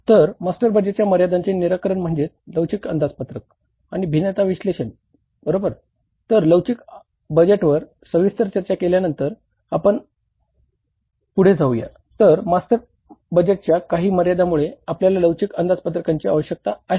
तर मास्टर बजेटच्या मर्यादांचे निराकरण म्हणजे लवचिक अंदाजपत्रक आवश्यकता का आहे